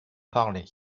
parler